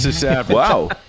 wow